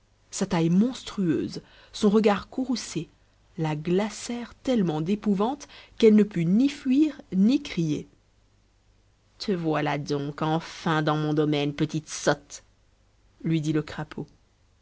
sa taille monstrueuse son regard courroucé la glacèrent tellement d'épouvante qu'elle ne put ni fuir ni crier te voilà donc enfin dans mon domaine petite sotte lui dit le crapaud